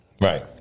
Right